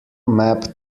map